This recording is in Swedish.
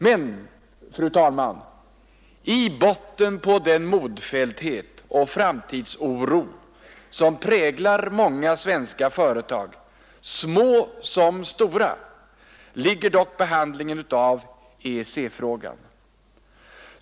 Men i botten på den modfälldhet och framtidsoro som präglar många svenska företag, små som stora, ligger dock behandlingen av EEC-frågan.